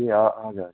ए ह हजुर